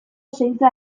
zaintza